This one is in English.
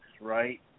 right